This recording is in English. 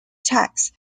tax